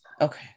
Okay